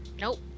nope